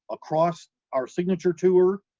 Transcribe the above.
across our signature tour,